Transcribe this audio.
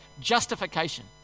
Justification